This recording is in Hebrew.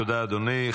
תודה, אדוני.